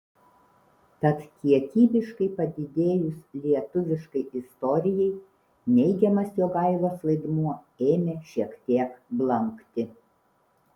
tad kiekybiškai padidėjus lietuviškai istorijai neigiamas jogailos vaidmuo ėmė šiek tiek blankti